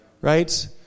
Right